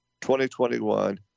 2021